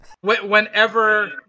whenever